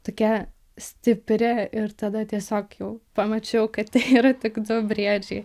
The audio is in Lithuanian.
tokia stipri ir tada tiesiog jau pamačiau kad yra tik du briedžiai